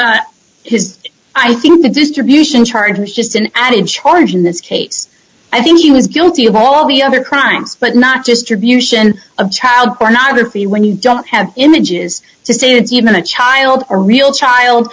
with his i think the distribution charge was just an added charge in this case i think he was guilty of all the other crimes but not just her abuse and of child pornography when you don't have images to say it's even a child a real child